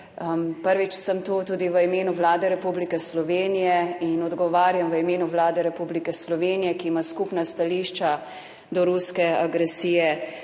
Prvič sem tu tudi v imenu Vlade Republike Slovenije in odgovarjam v imenu Vlade Republike Slovenije, ki ima skupna stališča do ruske agresije